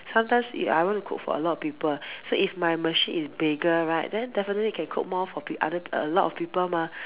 sometimes if I want to cook for a lot of people so if my machine is bigger right then definitely can cook more for other a lot of people mah